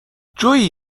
جویی